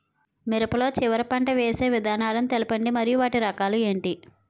మిరప లో చివర పంట వేసి విధానాలను తెలపండి మరియు వాటి రకాలు ఏంటి